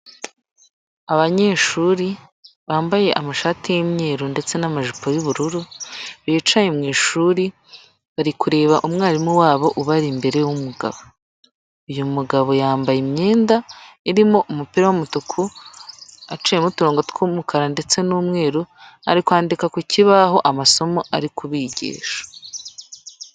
Abanyeshuri bambaye amashati y'imyeru ndetse n'amajipo y'ubururu bicaye mu ishuri bari kureba umwarimu wabo ubari imbere w'umugabo. Uyu mugabo yambaye imyenda irimo umupira w'umutuku, aciyemo uturongo tw'umukara ndetse n'umweru ari kwandika ku kibaho amasomo ari kubigisha.